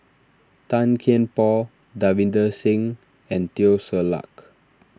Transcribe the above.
Tan Kian Por Davinder Singh and Teo Ser Luck